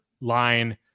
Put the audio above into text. line